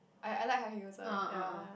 I I like high heels ah ya